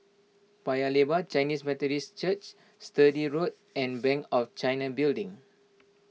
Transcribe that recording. Paya Lebar Chinese Methodist Church Sturdee Road and Bank of China Building